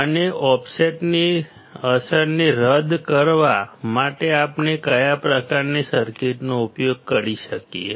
અને ઓફસેટની અસરને રદ કરવા માટે આપણે કયા પ્રકારની સર્કિટનો ઉપયોગ કરી શકીએ